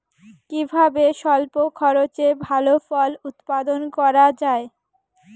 কিভাবে স্বল্প খরচে ভালো ফল উৎপাদন করা যায়?